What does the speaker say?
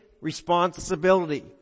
responsibility